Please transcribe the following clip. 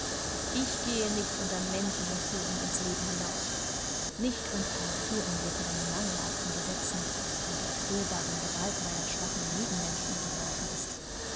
ich gehe nicht unter menschlicher führung ins leben hinaus nicht unter einer führung welche den mangelhaften gesetzen und der fehlbaren gewalt meiner schwachen nebenmenschen unterworfen ist